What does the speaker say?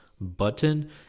button